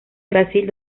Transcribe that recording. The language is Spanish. brasil